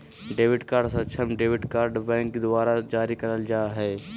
debit card सक्षम debit card bank द्वारा जारी करल जा हइ